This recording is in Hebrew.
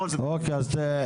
בסדר.